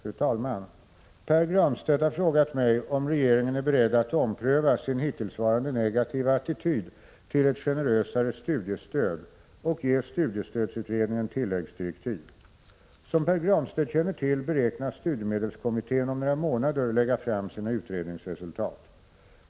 Fru talman! Pär Granstedt har frågat mig om regeringen är beredd att ompröva sin hittillsvarande negativa attityd till ett generösare studiestöd och ge studiestödsutredningen tilläggsdirektiv. Som Pär Granstedt känner till beräknas studiemedelskommittén om några månader lägga fram sina utredningsresultat.